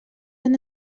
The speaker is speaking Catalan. han